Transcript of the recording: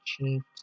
achieved